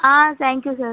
ah thank you sir